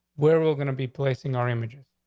we're gonna be placing our images.